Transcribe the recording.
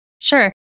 Sure